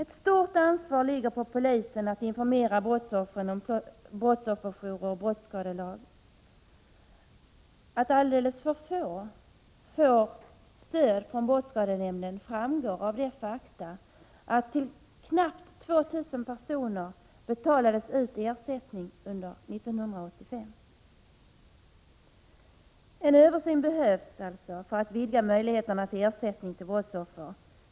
Ett stort ansvar vilar på polisen när det gäller att informera brottsoffren om brottsofferjouren och brottsskadelagen. Att alldeles för få får stöd från brottsskadenämnden framgår av det faktum att det under 1985 utbetalades ersättning till knappt 2 000 personer. En översyn behövs alltså för att vidga möjligheterna till ersättning till brottsoffer.